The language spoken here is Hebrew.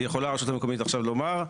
יכולה הרשות המקומית לבוא עכשיו ולומר,